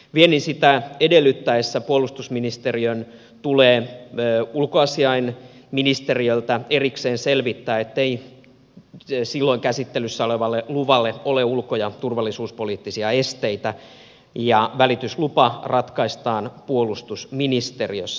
viennin sitä edellyttäessä puolustusministeriön tulee ulkoasiainministeriöltä erikseen selvittää ettei silloin käsittelyssä olevalle luvalle ole ulko ja turvallisuuspoliittisia esteitä ja välityslupa ratkaistaan puolustusministeriössä